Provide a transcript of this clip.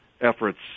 efforts